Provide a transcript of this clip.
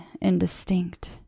indistinct